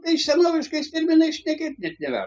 tai senoviškais terminais šnekėt net nėra